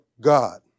God